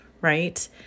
right